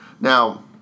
Now